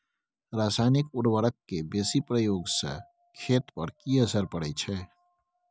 रसायनिक उर्वरक के बेसी प्रयोग से खेत पर की असर परै छै?